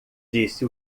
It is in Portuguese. disse